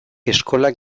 eskolak